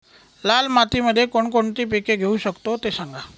लाल मातीमध्ये कोणकोणती पिके घेऊ शकतो, ते सांगा